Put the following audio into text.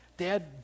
Dad